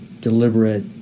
deliberate